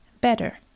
better